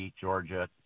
Georgia